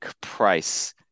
price